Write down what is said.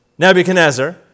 Nebuchadnezzar